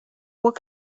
what